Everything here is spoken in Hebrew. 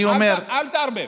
אל תערבב.